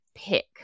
pick